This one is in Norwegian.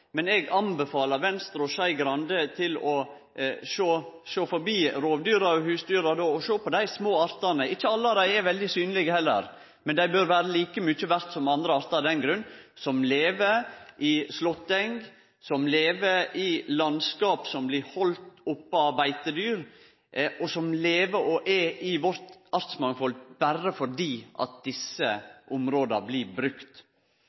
Eg anbefaler Venstre og Skei Grande å sjå forbi rovdyra og husdyra og sjå på dei små artane – ikkje alle av dei er veldig synlege heller, men dei bør vere like mykje verde som andre artar – som lever i slåtteng, som lever i landskap som blir haldne oppe av beitedyr, og som lever og er i vårt artsmangfald berre fordi desse områda blir